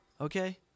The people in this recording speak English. okay